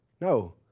no